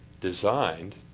designed